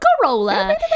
corolla